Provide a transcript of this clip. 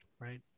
right